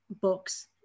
books